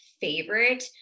favorite